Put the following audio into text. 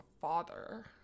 father